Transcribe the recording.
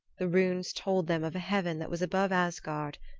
the runes told them of a heaven that was above asgard,